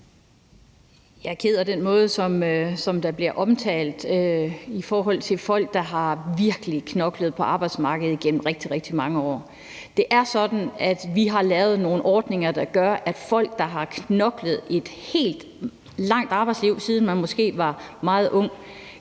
er ked af den måde, som det bliver omtalt på i forhold til folk, der virkelig har knoklet på arbejdsmarkedet igennem rigtig, rigtig mange år. Det er sådan, at vi har lavet nogle ordninger, der gør, at folk, der har knoklet et helt, langt arbejdsliv, siden de måske var meget unge,